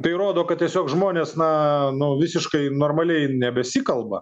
tai rodo kad tiesiog žmonės na nu visiškai normaliai ir nebesikalba